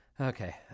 Okay